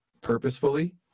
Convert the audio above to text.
purposefully